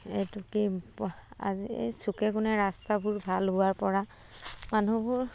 এইটো কি পা আজি চুকে কোণে ৰাস্তাবোৰ ভাল হোৱাৰ পৰা মানুহবোৰ